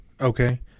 Okay